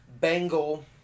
bangle